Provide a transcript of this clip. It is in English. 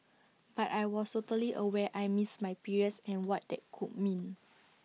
but I was totally aware I missed my periods and what that could mean